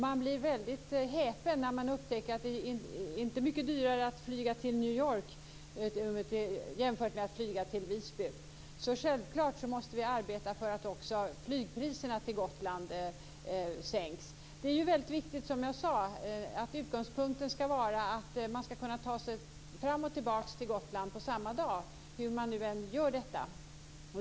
Man blir väldigt häpen när man upptäcker att det inte är mycket dyrare att flyga till New York än att flyga till Visby. Självklart måste vi arbeta för att också flygpriserna till Gotland sänks. Det är ju väldigt viktigt som jag sade att utgångspunkten ska vara att man ska kunna ta sig fram och tillbaka till Gotland på samma dag - hur man nu än gör detta.